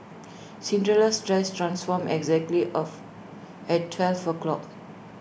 Cinderella's dress transformed exactly of at twelve o'clock